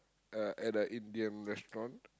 uh at a Indian restaurant